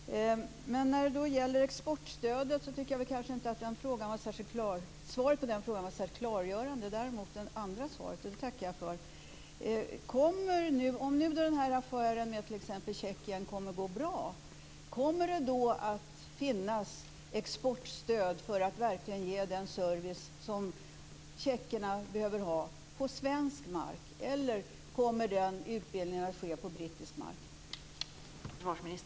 Fru talman! Jag tackar för det. Men när det gäller exportstödet tycker jag inte att svaret var särskilt klargörande, däremot det andra svaret, som jag tackar för. Om affären med t.ex. Tjeckien kommer att gå bra, kommer det då att finnas exportstöd för att verkligen ge den service som tjeckerna behöver ha på svensk mark, eller kommer utbildningarna att ske på brittisk mark?